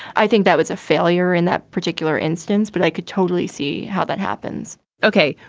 i think that was a failure in that particular instance. but i could totally see how that happens okay.